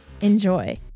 Enjoy